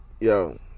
yo